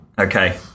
Okay